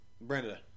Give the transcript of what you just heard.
Brenda